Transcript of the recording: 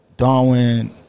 darwin